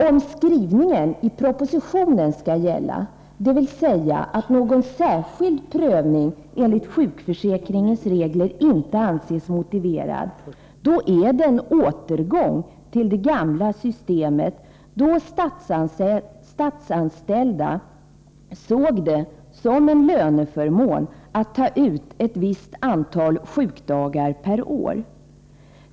Om skrivningen i propositionen skall gälla, dvs. att någon särskild prövning enligt sjukförsäkringens regler inte anses motiverad, då innebär det en återgång till det gamla systemet då de statsanställda såg det som en löneförmån att ta ut ett visst antal sjukdagar per år.